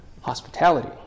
hospitality